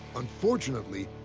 unfortunately,